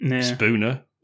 Spooner